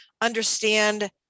understand